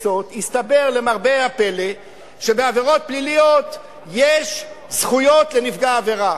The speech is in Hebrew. למרבה הפלא הסתבר שבעבירות פליליות יש זכויות לנפגע עבירה.